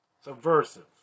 subversive